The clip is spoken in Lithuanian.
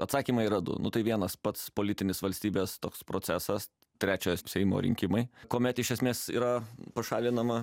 atsakymai yra du nu tai vienas pats politinis valstybės toks procesas trečias seimo rinkimai kuomet iš esmės yra pašalinama